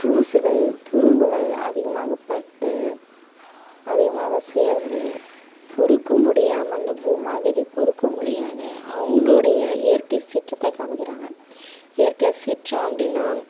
தூசுகள் துரும்புகள் அதிகமாகப்பட்டு அதிகமாக சேர்ந்து பொறுக்க முடியாமல் இந்த பூமாதேவி பொறுக்க முடியாம அவங்களுடைய இயற்கை சீற்றத்தை காம்மிக்கிறாங்க இயற்கை சீற்றம் அப்படின்னா